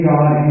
God